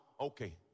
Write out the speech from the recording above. okay